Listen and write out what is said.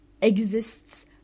exists